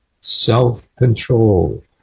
self-control